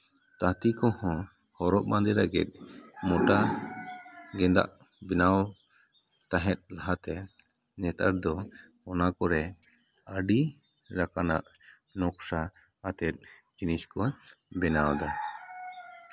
ᱛᱟᱹᱛᱤ ᱠᱚᱦᱚᱸ ᱦᱚᱨᱚᱜ ᱵᱟᱸᱫᱮ ᱞᱟᱹᱜᱤᱫ ᱢᱳᱴᱟ ᱜᱮᱸᱫᱟᱜ ᱵᱮᱱᱟᱣ ᱛᱟᱦᱮᱸᱫ ᱞᱟᱦᱟᱛᱮ ᱱᱮᱛᱟᱨ ᱫᱚ ᱚᱱᱟ ᱠᱚᱨᱮ ᱟᱹᱰᱤ ᱞᱮᱠᱟᱱᱟᱜ ᱱᱚᱠᱥᱟ ᱟᱛᱮᱫ ᱡᱤᱱᱤᱥ ᱠᱚ ᱵᱮᱱᱟᱣᱫᱟ